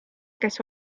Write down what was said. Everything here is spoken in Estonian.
kes